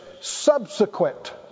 subsequent